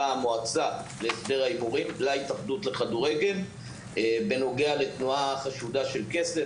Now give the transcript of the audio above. המועצה להסדר הימורים להתאחדות לכדורגל בנוגע לתנועה חשודה של כסף.